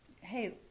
hey